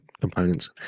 components